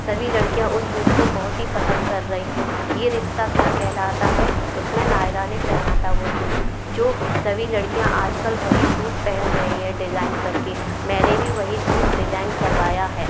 सभी लड़कियाँ उस सूट को बहुत ही पसंद कर रहीं हैं ये रिश्ता क्या कहलाता है उसमें नायरा ने पहना था वो सूट जो सभी लड़कियाँ आज कल वही सूट पहन रही हैं डिज़ाइन कर के मैंने भी वही सूट डिज़ाइन करवाया है